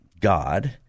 God